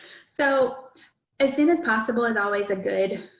so as soon as possible is always a good,